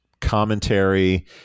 commentary